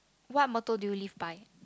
what motto did you live by